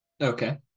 Okay